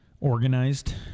organized